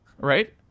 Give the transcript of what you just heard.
right